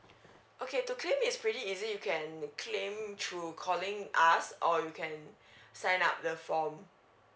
okay to claim is pretty easy you can claim through calling us or you can sign up the form